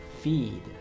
feed